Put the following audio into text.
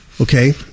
okay